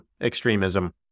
extremism